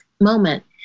moment